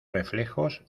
reflejos